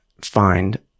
find